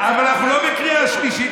אבל אנחנו לא בקריאה שלישית,